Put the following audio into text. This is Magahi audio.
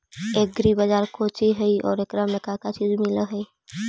एग्री बाजार कोची हई और एकरा में का का चीज मिलै हई?